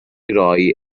roi